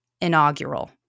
inaugural